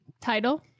title